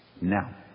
now